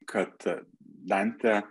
kad dantė